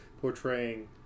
portraying